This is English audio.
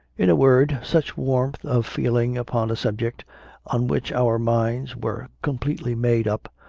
in a word, such warmth of feeling upon a subject on which our minds were completely made up,